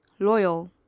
loyal